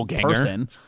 person